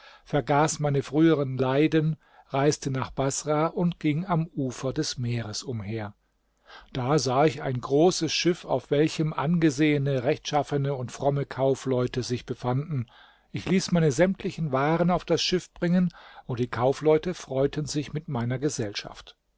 vergaß meine frühern leiden reiste nach baßrah und ging am ufer des meeres umher da sah ich ein großes schiff auf welchem angesehene rechtschaffene und fromme kaufleute sich befanden ich ließ meine sämtlichen waren auf das schiff bringen und die kaufleute freuten sich mit meiner gesellschaft